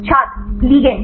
छात्र लिगैंड